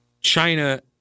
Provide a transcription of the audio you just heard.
China